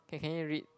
can can you read